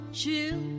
chill